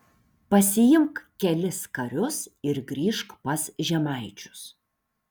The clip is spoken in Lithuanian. pasiimk kelis karius ir grįžk pas žemaičius